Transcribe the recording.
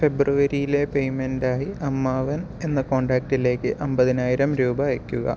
ഫെബ്രുവരിയിലെ പേയ്മെൻറ്റായി അമ്മാവൻ എന്ന കോണ്ടാക്ടിലേക്ക് അമ്പതിനായിരം രൂപ അയയ്ക്കുക